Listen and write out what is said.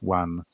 one